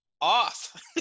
off